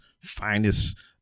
finest